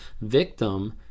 victim